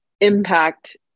impact